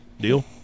Deal